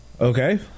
Okay